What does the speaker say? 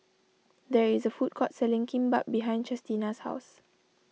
there is a food court selling Kimbap behind Chestina's house